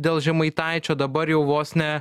dėl žemaitaičio dabar jau vos ne